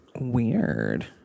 Weird